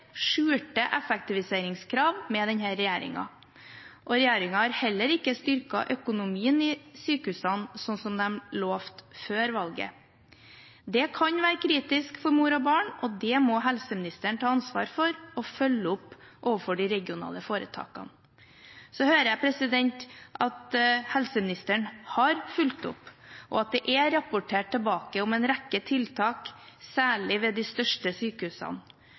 skjulte effektiviseringskrav med denne regjeringen. Regjeringen har heller ikke styrket økonomien ved sykehusene, sånn som de lovet før valget. Det kan være kritisk for mor og barn, og det må helseministeren ta ansvar for og følge opp overfor de regionale foretakene. Så hører jeg at helseministeren har fulgt opp, og at det er rapportert tilbake om en rekke tiltak, særlig ved de største sykehusene.